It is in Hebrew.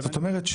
זאת אומרת,